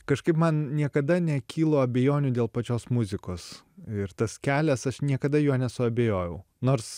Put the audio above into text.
kažkaip man niekada nekilo abejonių dėl pačios muzikos ir tas kelias aš niekada juo nesuabejojau nors